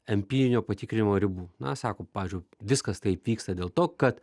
empirinio patikrinimo ribų na sako pavyzdžiu viskas taip vyksta dėl to kad